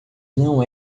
não